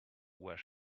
where